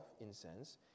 incense